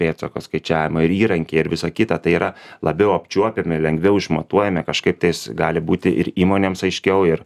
pėdsako skaičiavimai ir įrankiai ir visa kita tai yra labiau apčiuopiami lengviau išmatuojami kažkaip tais gali būti ir įmonėms aiškiau ir